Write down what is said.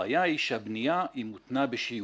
הבעיה היא שהבניה היא מותנה בשיוך.